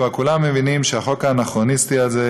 כבר כולם מבינים שהחוק האנכרוניסטי הזה,